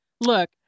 look